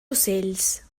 ocells